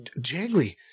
Jangly